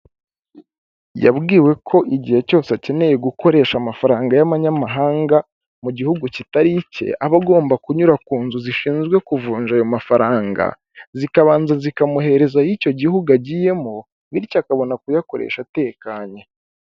Yabwiwe ko igihe cyose akeneye gukoresha amafaranga y'abanyamahanga mu gihugu kitari icye, aba agomba kunyura ku nzu zishinzwe kuvunja ayo mafaranga, zikabanza zikamuhereza ay'icyo gihugu agiyemo, bityo akabona kuyakoresha atekanye.